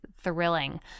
thrilling